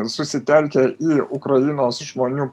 susitelkę į ukrainos žmonių